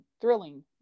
thrilling